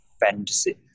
fantasy